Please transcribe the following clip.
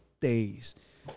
days